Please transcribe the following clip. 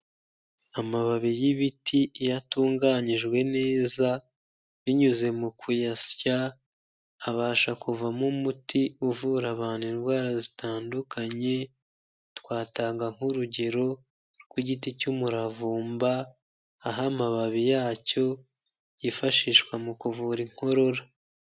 Amababi y'ibiti iyo atunganyijwe neza, binyuze mu kuyasya, abasha kuvamo umuti uvura abantu indwara zitandukanye, twatanga nk'urugero rw'igiti cy'umuravumba, aho amababi yacyo, yifashishwa mu kuvura inkorora.